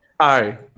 Hi